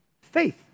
Faith